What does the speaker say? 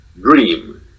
dream